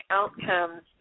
outcomes